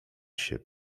się